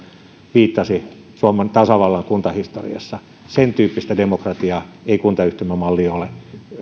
viittasi suomen tasavallan kuntahistoriassa sen tyyppistä demokratiaa ei kuntayhtymämalliin ole